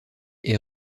est